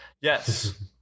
yes